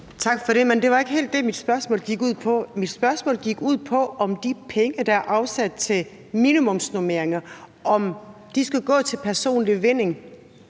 Tak for det, men det var ikke helt det, mit spørgsmål gik ud på. Mit spørgsmål gik ud på, om de penge, der er afsat til minimumsnormeringer, skal gå til personlig vinding.